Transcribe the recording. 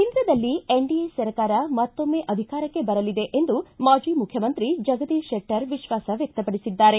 ಕೇಂದ್ರದಲ್ಲಿ ಎನ್ಡಿಎ ಸರ್ಕಾರ ಮತ್ತೊಮ್ನ ಅಧಿಕಾರಕ್ಕೆ ಬರಲಿದೆ ಎಂದು ಮಾಜಿ ಮುಖ್ಯಮಂತ್ರಿ ಜಗದೀಶ್ ಶೆಟ್ಟರ್ ವಿಶ್ವಾಸ ವ್ಯಕ್ತಪಡಿಸಿದ್ದಾರೆ